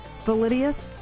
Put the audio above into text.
Validius